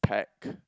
pack